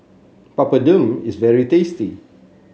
Papadum is very tasty